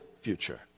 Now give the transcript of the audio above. future